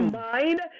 mind